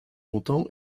longtemps